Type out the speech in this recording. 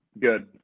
Good